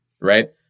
right